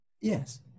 yes